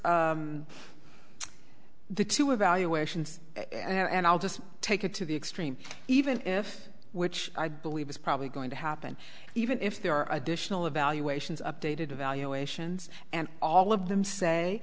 because the two evaluations and i'll just take it to the extreme even if which i believe is probably going to happen even if there are additional evaluations updated evaluations and all of them say